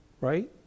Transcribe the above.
right